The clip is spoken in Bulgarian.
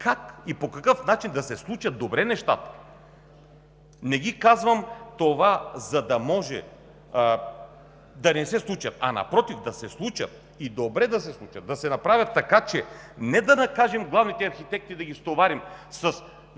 как и по какъв начин да се случат добре нещата? Не Ви казвам това, за да може да не се случат, а напротив – да се случат и да се случат добре, да се направят така, че не да накажем главните архитекти, да ги натоварим с